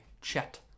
Chet